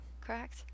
Correct